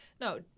No